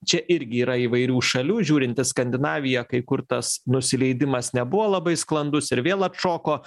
čia irgi yra įvairių šalių žiūrint į skandinaviją kai kur tas nusileidimas nebuvo labai sklandus ir vėl atšoko